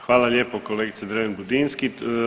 Hvala lijepo kolegice Dreven Budinski.